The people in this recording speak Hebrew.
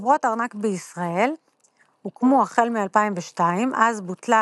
חברות ארנק בישראל הוקמו החל מ־2002, אז בוטלה